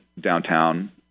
downtown